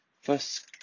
first